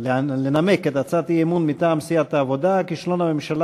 לנמק את הצעת האי-אמון מטעם סיעת העבודה: כישלון הממשלה